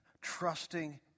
trusting